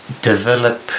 develop